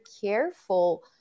careful